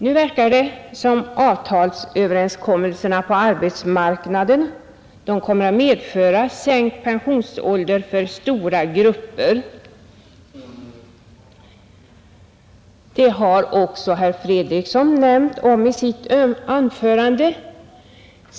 Nu verkar det som om avtalsöverenskommelserna på arbetsmarknaden kommer att medföra sänkt pensionsålder för stora grupper. Det har också herr Fredriksson nämnt om i sitt anförande.